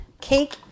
cake